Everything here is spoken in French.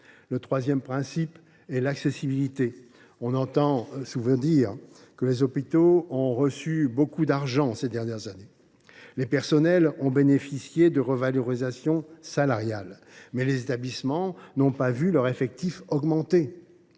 Le troisième principe est l’accessibilité. On entend souvent dire que les hôpitaux ont reçu beaucoup d’argent ces dernières années. Les personnels ont certes bénéficié de revalorisations salariales, mais les établissements n’ont pas vu leurs effectifs augmenter